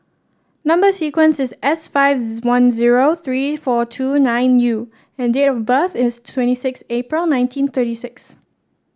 number sequence is S five one zero three four two nine U and date of birth is twenty six April nineteen thirty six